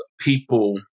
people